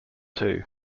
too